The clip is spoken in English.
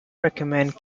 recommend